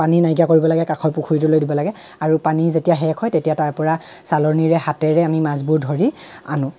পানী নাইকিয়া কৰিব লাগে কাষৰ পুখুৰীটোলৈ দিব লাগে আৰু পানী যেতিয়া শেষ হৈ তেতিয়া তাৰ পৰা চালনিৰে হাতেৰে আমি মাছবোৰ ধৰি আনোঁ